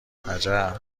عجب